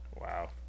Wow